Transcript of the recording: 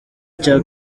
cya